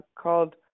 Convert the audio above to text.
called